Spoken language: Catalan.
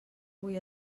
avui